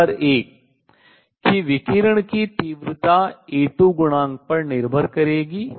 number एक कि विकिरण की तीव्रता A21 गुणांक पर निर्भर करेगी